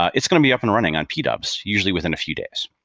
it's going to be up and running on p-dubs usually within a few days.